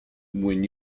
when